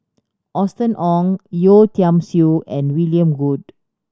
Austen Ong Yeo Tiam Siew and William Goode